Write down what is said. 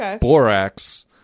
borax